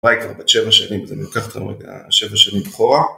בייקר בת 7 שנים, אז אני לוקח אתכם רגע 7 שנים אחורה.